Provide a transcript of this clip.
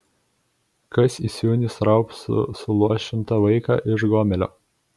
kas įsūnys raupsų suluošintą vaiką iš gomelio